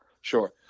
Sure